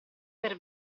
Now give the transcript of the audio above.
per